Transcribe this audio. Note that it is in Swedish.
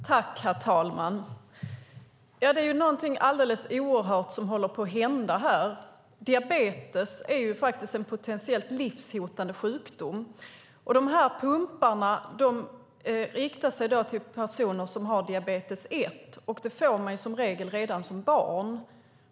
Herr talman! Det är någonting alldeles oerhört som håller på att hända här. Diabetes är faktiskt en potentiellt livshotande sjukdom. De här pumparna är avsedda för personer som har diabetes 1, och det får man som regel redan som barn.